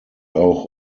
auch